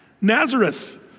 Nazareth